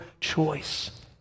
choice